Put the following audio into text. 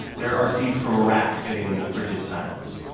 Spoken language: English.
there are seeds from iraq sitting in the frigid silence,